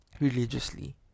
religiously